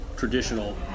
Traditional